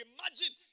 Imagine